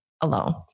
alone